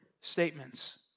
statements